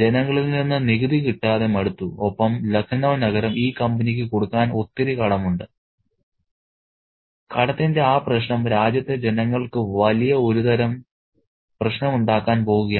ജനങ്ങളിൽ നിന്ന് നികുതി കിട്ടാതെ മടുത്തു ഒപ്പം ലഖ്നൌ നഗരം ഈ കമ്പനിക്ക് കൊടുക്കാൻ ഒത്തിരി കടമുണ്ട് കടത്തിന്റെ ആ പ്രശ്നം രാജ്യത്തെ ജനങ്ങൾക്ക് വലിയ ഒരുതരം പ്രശ്നമുണ്ടാക്കാൻ പോകുകയാണ്